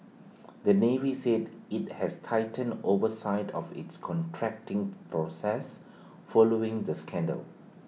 the navy said IT has tightened oversight of its contracting process following the scandal